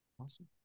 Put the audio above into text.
Awesome